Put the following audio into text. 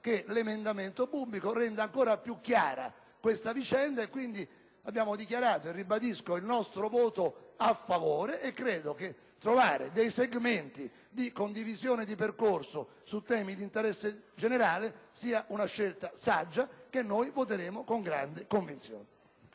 che l'emendamento Bubbico renda ancora più chiara questa materia. Quindi abbiamo dichiarato - e lo ribadisco anche ora - il nostro voto a favore. Credo che trovare dei segmenti di condivisione di percorso su temi di interesse generale sia una scelta saggia a favore della quale noi voteremo con grande convinzione.